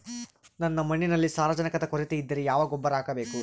ನನ್ನ ಮಣ್ಣಿನಲ್ಲಿ ಸಾರಜನಕದ ಕೊರತೆ ಇದ್ದರೆ ಯಾವ ಗೊಬ್ಬರ ಹಾಕಬೇಕು?